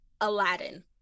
Aladdin